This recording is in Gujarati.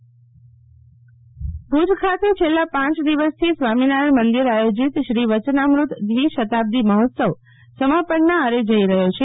વચનામત મહીત્સવ ભુજ ખાતે છેલ્લા પાંચ દિવસ થી સ્વામિનારાયણ મંદિર આથોજિત શ્રી વચનામૃત દ્રીસતાપ્દી મહોત્સવ સમાપનની આરે જઈ રહ્યો છે